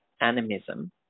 animism